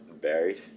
buried